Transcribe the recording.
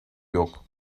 yok